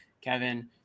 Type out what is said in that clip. Kevin